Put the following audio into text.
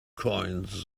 coins